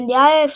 מונדיאל 1938,